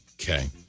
Okay